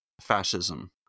fascism